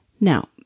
Now